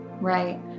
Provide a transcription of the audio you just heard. Right